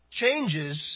changes